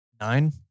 Nine